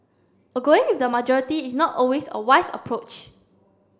a going with the majority is not always a wise approach